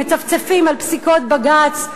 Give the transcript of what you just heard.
מצפצפים על פסיקות בג"ץ,